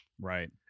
right